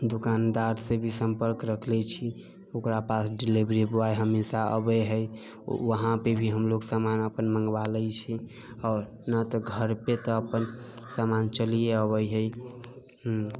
दुकानदार से भी सम्पर्क रख लै छी ओकरा पास डिलेवरी बॉय हमेशा अबै है वहाँ पे भी हमलोग समान अपन मंगबा लै छी आओर न तो घर पे तो अपन समान चलिए अबै है हँ